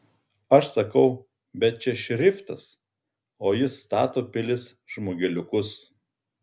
aš sakau bet čia šriftas o jis stato pilis žmogeliukus